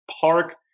Park